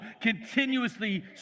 continuously